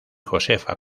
josefa